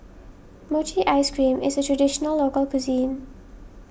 Mochi Ice Cream is a Traditional Local Cuisine